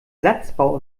satzbau